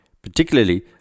Particularly